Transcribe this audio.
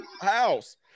house